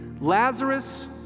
Lazarus